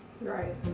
Right